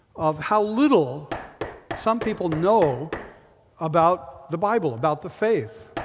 of how little some people know about the bible, about the faith.